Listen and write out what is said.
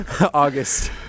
August